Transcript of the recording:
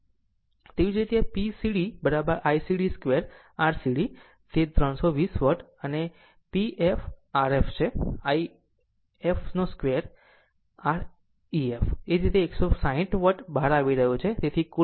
તેવી જ રીતે p cdICd 2 R cd તે 320 વોટ અને પેફPef છેI ef 2 I ef 2 R ef તેથી તે 160 વોટ બહાર આવી રહી છે